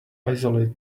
isolate